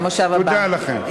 תודה לכם.